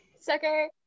Sucker